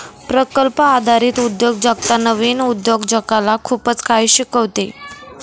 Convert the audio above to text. प्रकल्प आधारित उद्योजकता नवीन उद्योजकाला खूप काही शिकवते